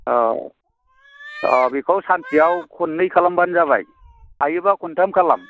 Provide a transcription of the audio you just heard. औ अ बेखौ सानसेयाव खननै खालामबानो जाबाय हायोबा खनथाम खालाम